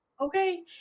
Okay